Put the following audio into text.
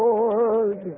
Lord